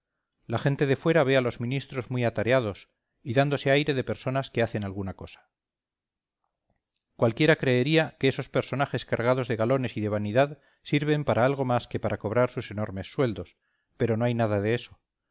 la gente de fuera ve a los ministros muy atareados y dándose aire de personas que hacen alguna cosa cualquiera creería que esos personajes cargados de galones y de vanidad sirven para algo más que para cobrar sus enormes sueldos pero no hay nada de esto